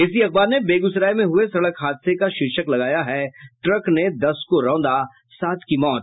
इसी अखबार ने बेगूसराय में हुये सड़क हादसे का शीर्षक लगाया है ट्रक ने दस को रौंदा सात की मौत